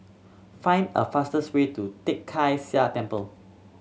find A fastest way to Tai Kak Seah Temple